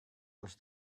was